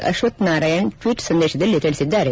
Ashwath Narayan tweet ಸಂದೇಶದಲ್ಲಿ ತಿಳಿಸಿದ್ದಾರೆ